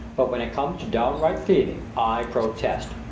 but when it comes to downright thieving i protest!